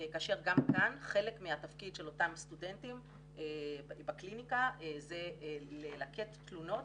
כאשר גם כאן חלק מהתפקיד של אותם סטודנטים בקליניקה זה ללקט תלונות